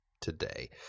today